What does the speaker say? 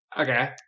Okay